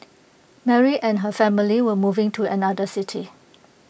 Mary and her family were moving to another city